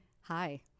Hi